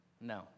No